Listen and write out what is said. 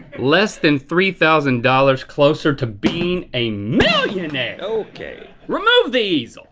less than three thousand dollars closer to being a millionaire. okay. remove these.